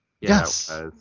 Yes